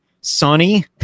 sunny